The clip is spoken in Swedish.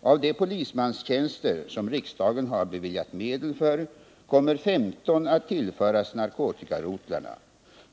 Av de polismanstjänster som riksdagen har beviljat medel för kommer 15 att tillföras narkotikarotlarna.